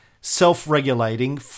self-regulating